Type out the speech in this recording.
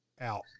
out